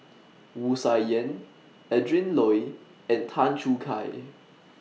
Wu Tsai Yen Adrin Loi and Tan Choo Kai